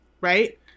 right